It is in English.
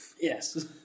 Yes